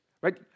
right